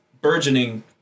burgeoning